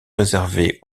réservée